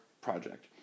project